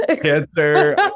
Cancer